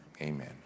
amen